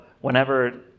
whenever